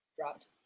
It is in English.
Dropped